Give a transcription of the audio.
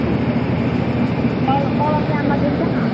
दिन्छ तलब तलब टाइममा दिन्छ